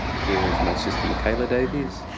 here is my sister michaela davies.